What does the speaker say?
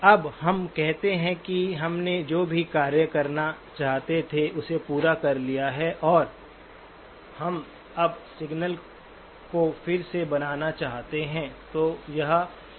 अब हम कहते हैं कि हमने जो भी कार्य करना चाहते थे उसे पूरा कर लिया है और अब हम सिग्नल को फिर से बनाना चाहते हैं